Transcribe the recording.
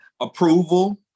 approval